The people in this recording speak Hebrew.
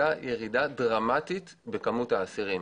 הייתה ירידה דרמטית במספר האסירים.